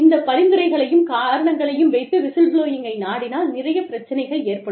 இந்த பரிந்துரைகளையும் காரணங்களையும் வைத்து விசில் புளோயிங்கை நாடினால் நிறைய பிரச்சனைகள் ஏற்படும்